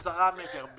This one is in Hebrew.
עשרה מטרים?